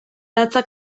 datza